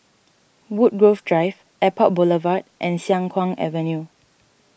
Woodgrove Drive Airport Boulevard and Siang Kuang Avenue